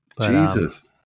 jesus